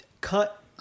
Cut